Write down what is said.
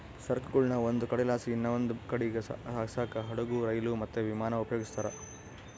ಸರಕುಗುಳ್ನ ಒಂದು ಕಡೆಲಾಸಿ ಇನವಂದ್ ಕಡೀಗ್ ಸಾಗ್ಸಾಕ ಹಡುಗು, ರೈಲು, ಮತ್ತೆ ವಿಮಾನಾನ ಉಪಯೋಗಿಸ್ತಾರ